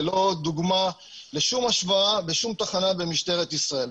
ללא דוגמה לשום השוואה בשום תחנה במשטרת ישראל.